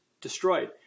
destroyed